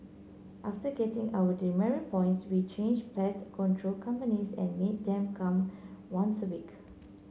after getting our demerit points we changed pest control companies and made them come once a week